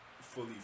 fully